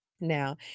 Now